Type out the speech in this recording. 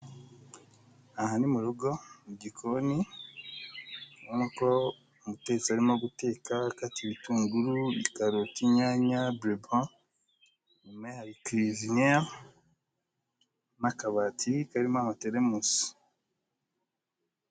Aha ni mu rugo mu gikoni ubona ko umutetsi arimo guteka akata ibitunguru, ibikaroti inyanya, bureba, inyuma ye hari kwiziniyiri n'akabati karimo amateremusi.